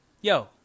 Yo